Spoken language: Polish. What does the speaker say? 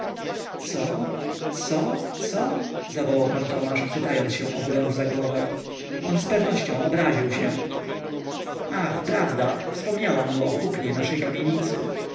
co co co zawołał pan tomasz chwytając się oburącz za głowę on zpewnością obraził się ach prawda wspomniałam mu o kupnie naszej kamienicy